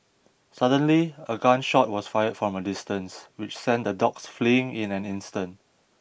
suddenly a gun shot was fired from a distance which sent the dogs fleeing in an instant